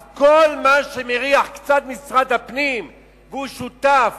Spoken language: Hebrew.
אז כל מה שמריח קצת משרד הפנים והוא שותף